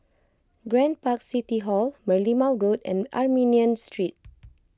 Grand Park City Hall Merlimau Road and Armenian Street